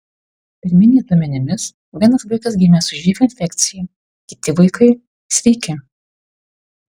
pirminiais duomenimis vienas vaikas gimė su živ infekcija kiti vaikai sveiki